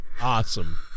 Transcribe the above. awesome